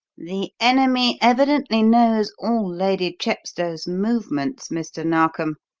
the enemy evidently knows all lady chepstow's movements, mr. narkom,